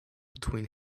between